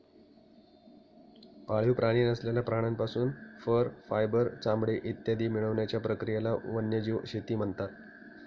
पाळीव प्राणी नसलेल्या प्राण्यांपासून फर, फायबर, चामडे इत्यादी मिळवण्याच्या प्रक्रियेला वन्यजीव शेती म्हणतात